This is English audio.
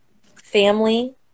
family